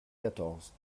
quatorze